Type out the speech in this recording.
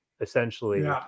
essentially